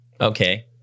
Okay